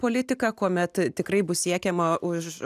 politiką kuomet tikrai bus siekiama už